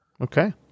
Okay